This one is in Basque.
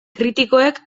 kritikoek